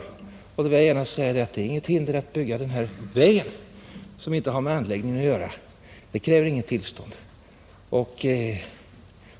Därför vill jag gärna säga att det är inget hinder att bygga vägen som inte har direkt med anläggningen att göra — det krävs inget tillstånd.